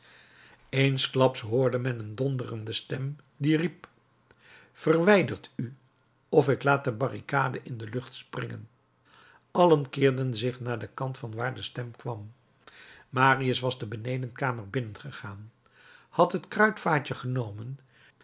eensklaps hoorde men een donderende stem die riep verwijdert u of ik laat de barricade in de lucht springen allen keerden zich naar den kant van waar de stem kwam marius was de benedenkamer binnengegaan had het kruitvaatje genomen